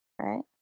Right